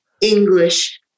English